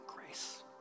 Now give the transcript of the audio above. grace